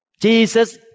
Jesus